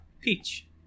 Peach